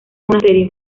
monasterio